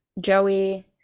Joey